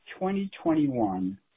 2021